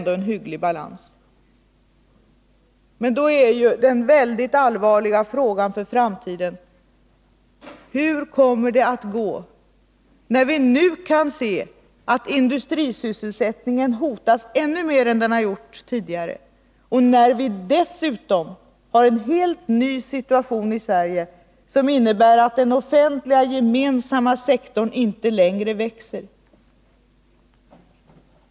Då blir den väldigt allvarliga frågan för framtiden: Hur kommer det att gå, när vi redan nu kan se att industrisysselsättningen hotas ännu mera än som tidigare varit fallet och när vi dessutom har en helt ny situation i Sverige, som innebär att den offentliga, gemensamma sektorn inte längre växer?